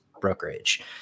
brokerage